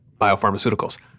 biopharmaceuticals